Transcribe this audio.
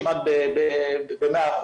כמעט ב-100%,